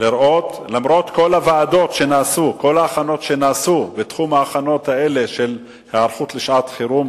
למרות כל ההכנות שנעשו בתחום ההיערכות לשעת חירום